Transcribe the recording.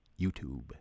YouTube